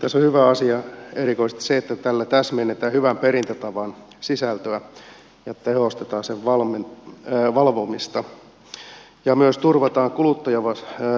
tässä on hyvä asia erikoisesti se että tällä täsmennetään hyvän perintätavan sisältöä ja tehostetaan sen valvomista ja myös turvataan